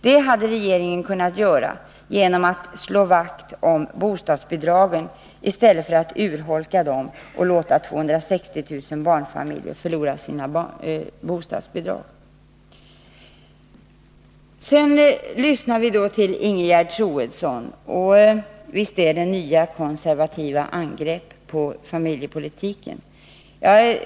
Det hade regeringen kunnat göra genom att slå vakt om bostadsbidragen i stället för att urholka dem och låta 260 000 barnfamiljer förlora sina bostadsbidrag. Sedan lyssnar vi till Ingegerd Troedsson, och visst är det fråga om nya konservativa angrepp på familjepolitiken.